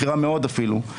בכירה מאוד אפילו,